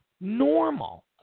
normal